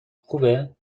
خوبه